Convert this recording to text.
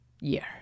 year